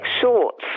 shorts